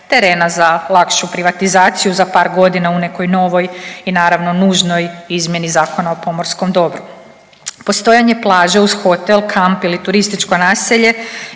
terena za lakšu privatizaciju za par godina u nekoj novoj i naravno, nužnoj izmjeni Zakona o pomorskom dobru. Postojanje plaže uz hotel, kamp ili turističko naselje